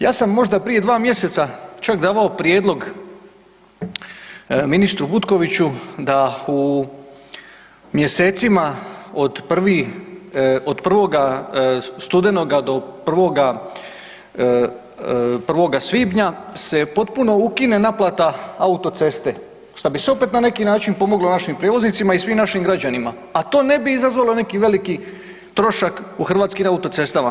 Ja sam možda prije dva mjeseca čak davao prijedlog ministru Butkoviću da u mjesecima od 1. studenoga do 1. svibnja se potpuno ukine naplata autoceste, šta bi se opet na neki način pomoglo našim prijevoznicima i svim našim građanima, a to ne bi izazvalo neki veliki trošak u Hrvatskim autocestama.